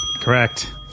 Correct